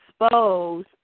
expose